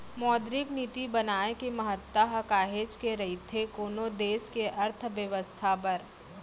मौद्रिक नीति बनाए के महत्ता ह काहेच के रहिथे कोनो देस के अर्थबेवस्था बर